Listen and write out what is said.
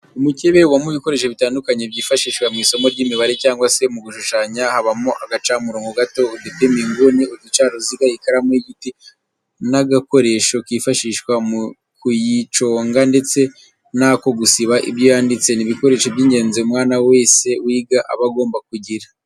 Umukebe ubamo ibikoresho bitandukanye byifashishwa mu isomo ry'imibare cyangwa se mu gushushanya habamo agacamurobo gato, udupima inguni, uducaruziga, ikaramu y'igiti n'agakoresho kifashishwa mu kuyiconga ndetse n'ako gusiba ibyo yanditse, ni ibikoresho by'ingenzi umwana wese wiga aba agomba kugira.